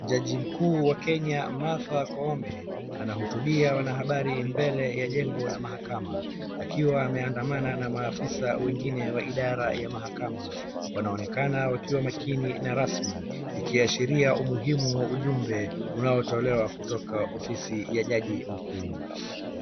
Jaji mkuu wa Kenya enya Martha Koome anahutubia wanahabari mbele ya jengo la mahakama akiwa ameandamana na maafisa wengine wa idara ya mahakama. Wanaonekana wakiwa makini na rasmi ikiashiria umuhimu wa ujumbe uanotolewa kutoka ofisi ya jaji mkuu.